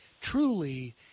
truly